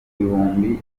bihumbi